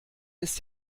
ist